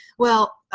well,